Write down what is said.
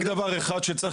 זה בסיסי.